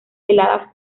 heladas